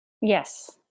Yes